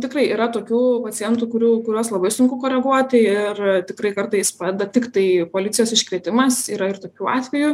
tikrai yra tokių pacientų kurių kuriuos labai sunku koreguoti ir tikrai kartais padeda tiktai policijos iškvietimas yra ir tokių atvejų